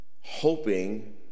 hoping